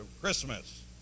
Christmas